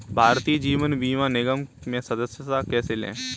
भारतीय जीवन बीमा निगम में सदस्यता कैसे लें?